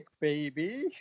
baby